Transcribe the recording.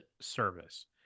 service